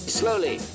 slowly